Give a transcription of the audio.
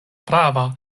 prava